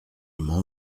m’en